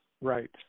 Right